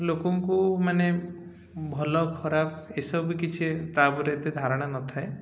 ଲୋକଙ୍କୁ ମାନେ ଭଲ ଖରାପ ଏସବୁ ବି କିଛି ତା' ଉପରେ ଏତେ ଧାରଣା ନଥାଏ